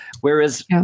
Whereas